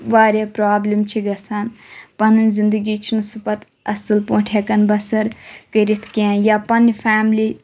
واریاہ پرابلِم چھِ گَژھان پَنٕنۍ زِندگی چھِ نہٕ سُہ پَتہٕ اَصٕل پٲٹھۍ ہیٚکان بَسَر کٔرِتھ کینٛہہ یا پَننہِ فیملی